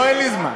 לא, אין לי זמן.